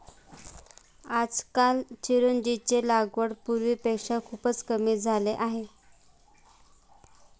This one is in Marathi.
आजकाल चिरोंजीची लागवड पूर्वीपेक्षा खूपच कमी झाली आहे